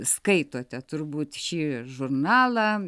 skaitote turbūt šį žurnalą